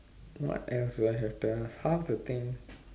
what else do I have to ask half the thing